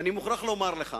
ואני מוכרח לומר לך,